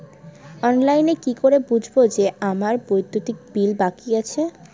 অনলাইনে কি করে বুঝবো যে আমার বিদ্যুতের বিল বাকি আছে?